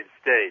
States